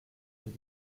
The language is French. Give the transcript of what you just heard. des